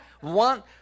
One